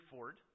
Ford